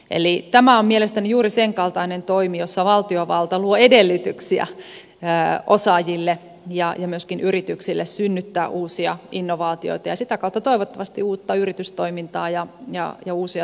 eli tämä on mielestäni juuri senkaltainen toimi jossa valtiovalta luo edellytyksiä osaajille ja myöskin yrityksille synnyttää uusia innovaatioita ja sitä kautta toivottavasti uutta yritystoimintaa ja uusia työpaikkoja